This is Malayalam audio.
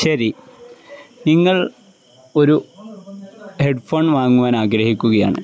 ശരി നിങ്ങൾ ഒരു ഹെഡ്ഫോൺ വാങ്ങുവാൻ ആഗ്രഹിക്കുകയാണ്